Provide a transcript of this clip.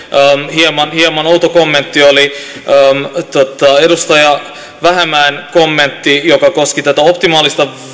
hieman hieman outo kommentti oli edustaja vähämäen kommentti joka koski tätä optimaalista